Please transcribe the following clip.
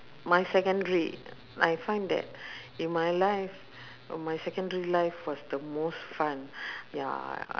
my secondary I find that in my life my secondary life was the most fun ya